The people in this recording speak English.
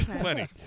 Plenty